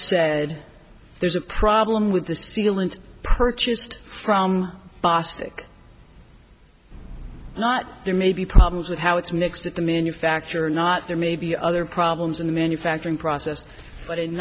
said there's a problem with the sealant purchased from bostic not there may be problems with how it's mixed with the manufacturer or not there may be other problems in the manufacturing process but in